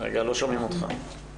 רואה בחומרה רבה את כל